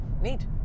neat